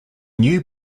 new